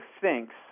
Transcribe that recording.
thinks